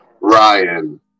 Ryan